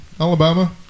alabama